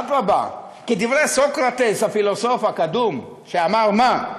אדרבה, כדברי סוקרטס, הפילוסוף הקדום, שאמר מה?